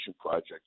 project